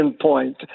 point